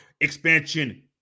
expansion